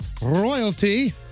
royalty